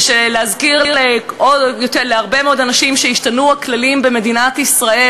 ולהזכיר להרבה מאוד אנשים שהשתנו הכללים במדינת ישראל